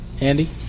Andy